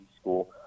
school